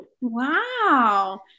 Wow